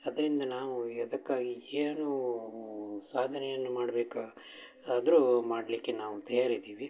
ಅದರಿಂದ ನಾವೂ ಅದಕ್ಕಾಗಿ ಏನೂ ಸಾಧನೆಯನ್ನು ಮಾಡ್ಬೇಕು ಆದರೂ ಮಾಡಲಿಕ್ಕೆ ನಾವು ತಯಾರಿದೀವಿ